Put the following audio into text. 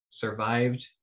survived